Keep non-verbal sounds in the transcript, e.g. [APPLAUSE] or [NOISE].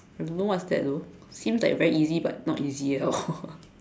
I don't know what's that though seems like very easy but not easy at all [LAUGHS]